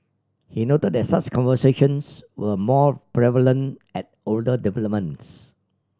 he noted that such conversions were more prevalent at older developments